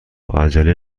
عجله